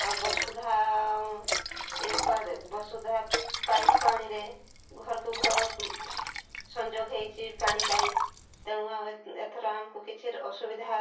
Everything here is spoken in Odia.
ଆଉ ବସୁଧା ବସୁଧା ପାଇପ୍ ପାଣିରେ ଘରକୁ ଘର ସଂଯୋଗ ହେଇଛି ପାଣି ପାଇପ୍ ତେଣୁ ଆଉ ଏଥର ଆମକୁ କିଛି ଅସୁବିଧା